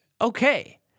okay